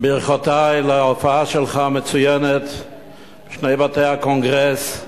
ברכותי על ההופעה המצוינת שלך בשני בתי הקונגרס.